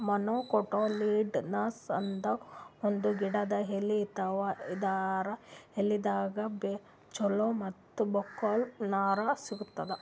monocotyledonous ಅಂತ್ ಒಂದ್ ಗಿಡದ್ ಎಲಿ ಇರ್ತಾವ ಇದರ್ ಎಲಿದಾಗ್ ಚಲೋ ಮತ್ತ್ ಬಕ್ಕುಲ್ ನಾರ್ ಸಿಗ್ತದ್